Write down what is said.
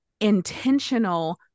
intentional